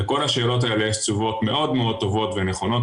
לכל השאלות האלה יש תשובות מאוד מאוד טובות ונכונות,